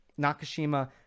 Nakashima